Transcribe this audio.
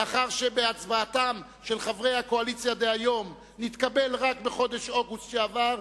לאחר שבהצבעתם של חברי הקואליציה דהיום נתקבל רק בחודש אוגוסט שעבר,